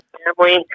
family